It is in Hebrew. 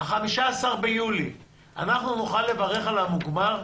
ב-15 ביולי נוכל לברך על המוגמר?